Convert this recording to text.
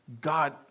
God